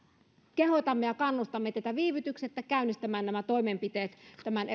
kehotamme ja kannustamme teitä viivytyksettä käynnistämään nämä toimenpiteet tämän